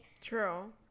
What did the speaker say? True